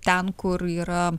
ten kur yra